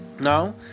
Now